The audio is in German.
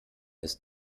ist